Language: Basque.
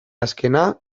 azkena